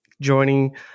joining